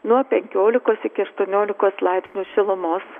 nuo penkiolikos iki aštuoniolikos laipsnių šilumos